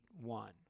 one